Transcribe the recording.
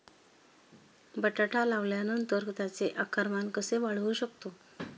बटाटा लावल्यानंतर त्याचे आकारमान कसे वाढवू शकतो?